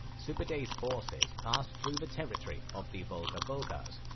sube'etei's forces passed through the territory of the volga bulghars,